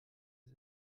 ist